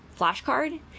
flashcard